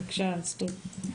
בבקשה, חה"כ סטרוק.